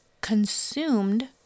consumed